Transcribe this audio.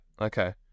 Okay